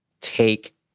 take